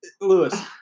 Lewis